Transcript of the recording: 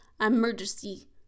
emergency